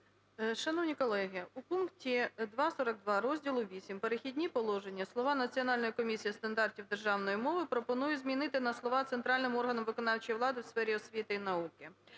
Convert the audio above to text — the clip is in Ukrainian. Шановні колеги, у пункті 2.42 Розділу VIII "Перехідні положення" слова "Національною комісією стандартів державної мови" пропоную замінити на слова "центральним органом виконавчої влади у сфері освіти і науки".